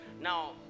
Now